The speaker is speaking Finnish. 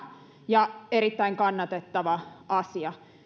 ja erittäin kannatettava asia